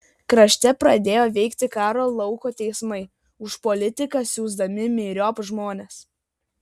krašte pradėjo veikti karo lauko teismai už politiką siųsdami myriop žmones